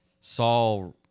Saul